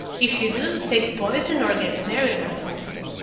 if you do, take poison, or get married, or something.